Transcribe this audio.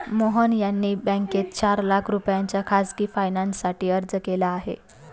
मोहन यांनी बँकेत चार लाख रुपयांच्या खासगी फायनान्ससाठी अर्ज केला आहे